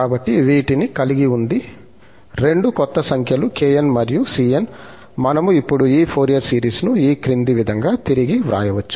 కాబట్టి వీటిని కలిగి ఉంది రెండు కొత్త సంఖ్యలు kn మరియు cn మనము ఇప్పుడు ఈ ఫోరియర్ సిరీస్ను ఈ క్రింది విధంగా తిరిగి వ్రాయవచ్చు